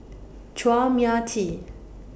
Chua Mia Tee